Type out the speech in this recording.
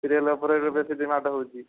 serial ଉପରେ ବେଶୀ demand ହେଉଛି